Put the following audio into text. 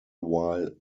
while